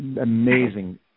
amazing